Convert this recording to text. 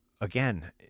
again